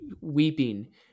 weeping